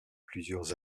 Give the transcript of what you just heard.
plusieurs